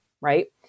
right